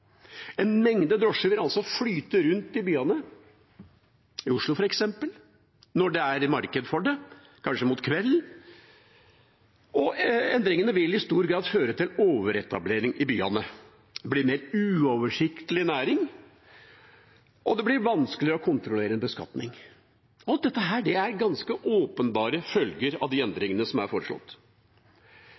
En mengde drosjer vil altså flyte rundt i byene, i Oslo f.eks., når det er marked for det, kanskje mot kvelden, og endringene vil i stor grad føre til overetablering i byene. Det blir en mer uoversiktlig næring, og det blir vanskeligere å kontrollere en beskatning. Alt dette er ganske åpenbare følger av de endringene som er foreslått.